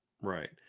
Right